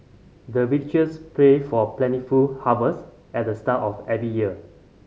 the villagers pray for plentiful harvest at the start of every year